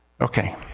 Okay